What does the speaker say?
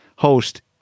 host